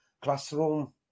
classroom